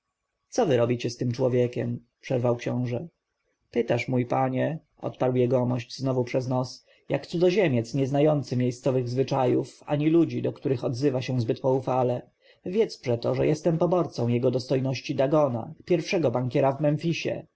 wy robicie z tym człowiekiem przerwał książę pytasz mój panie odparł jegomość znowu przez nos jak cudzoziemiec nie znający miejscowych zwyczajów ani ludzi do których odzywa się zbyt poufale wiedz przeto że jestem poborcą jego dostojności dagona pierwszego bankiera